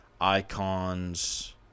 icons